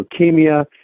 leukemia